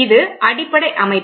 இது அடிப்படை அமைப்பு